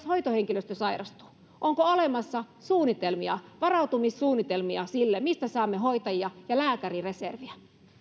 hoitohenkilöstö sairastuu onko olemassa varautumissuunnitelmia sille mistä saamme hoitajia ja lääkärireserviä